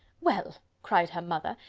well, cried her mother,